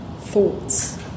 thoughts